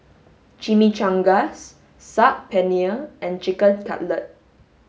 Chimichangas Saag Paneer and chicken cutlet